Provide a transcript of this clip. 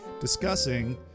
discussing